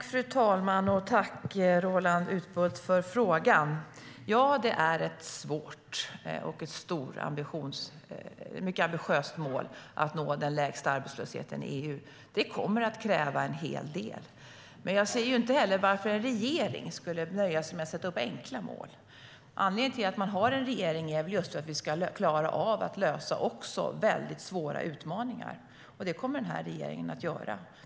Fru talman! Tack, Roland Utbult, för frågan! Ja, det är ett svårt och mycket ambitiöst mål att nå den lägsta arbetslösheten i EU. Det kommer att kräva en hel del. Men jag ser inte varför en regering skulle nöja sig med att sätta upp enkla mål. Anledningen till att man har en regering är väl just att den ska klara av att lösa också väldigt svåra utmaningar. Det kommer den här regeringen att göra.